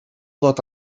ddod